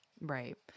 Right